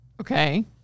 Okay